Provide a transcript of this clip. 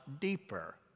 deeper